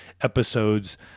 episodes